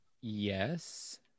Yes